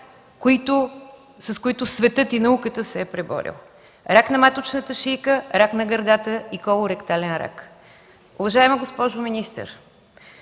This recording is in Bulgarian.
с които светът и науката се е преборила: рак на маточната шийка, рак на гърдата и колоректален рак. Уважаема госпожо министър,